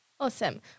Awesome